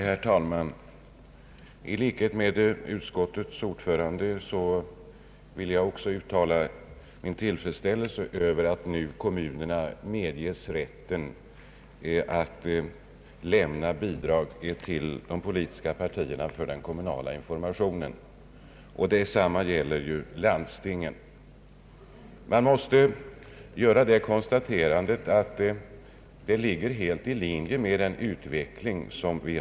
Herr talman! I likhet med utskottets ordförande vill jag uttala tillfredsställelse över att kommunerna nu medges rätten att lämna bidrag till de politiska partierna för den kommunala informationen. Detsamma gäller ju även landstingen. Man måste konstatera att detta ligger helt i linje med den utveckling som ägt rum.